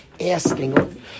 asking